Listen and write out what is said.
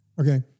Okay